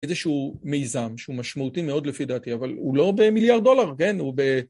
איזשהו מיזם שהוא משמעותי מאוד לפי דעתי אבל הוא לא במיליארד דולר כן? הוא ב